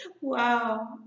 Wow